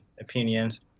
opinions